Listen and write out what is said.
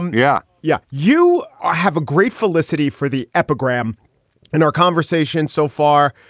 yeah. yeah. you ah have a great felicity for the epigram in our conversation. so far,